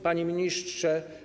Panie Ministrze!